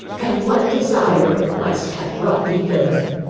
and what desire or quest hath brought thee hither? or.